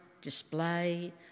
display